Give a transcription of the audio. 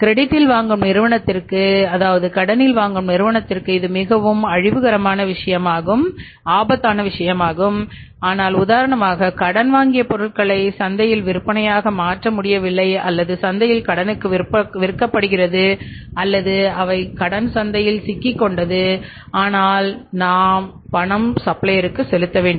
கிரெடிட்டில் வாங்கும் நிறுவனத்திற்கு இது மிகவும் அழிவுகரமான விஷயமாக இருக்கும் ஆனால் உதாரணமாக கடன் வாங்கிய பொருளை சந்தையில் விற்பனையாக மாற்ற முடியவில்லை அல்லது சந்தையில் கடனுக்கு விற்கப்படுகிறது அல்லது அவை கடன் சந்தையில் சிக்கிக்கொண்டது ஆனால் நாம் சப்ளையருக்கு பணம் செலுத்த வேண்டும்